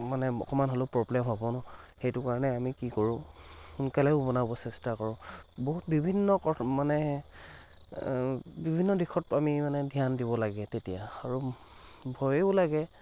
মানে অকণমান হ'লেও প্ৰব্লেম হ'ব ন সেইটো কাৰণে আমি কি কৰোঁ সোনকালেও বনাব চেষ্টা কৰোঁ বহুত বিভিন্ন মানে বিভিন্ন দিশত আমি মানে ধ্যান দিব লাগে তেতিয়া আৰু ভয়ো লাগে